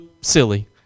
silly